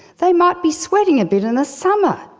they might be sweating a bit in the summer.